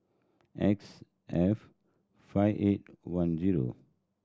X F five eight one zero